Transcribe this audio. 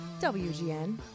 WGN